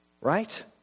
Right